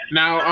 now